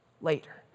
later